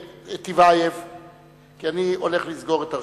טיבייב, כי אני הולך לסגור את הרשימה.